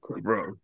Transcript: bro